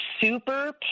super